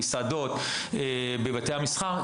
במסעדות ובבתי המסחר,